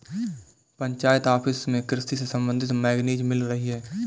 panchayat office में कृषि से संबंधित मैगजीन मिल रही है